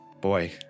boy